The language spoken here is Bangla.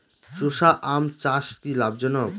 চোষা আম চাষ কি লাভজনক?